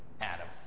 Adam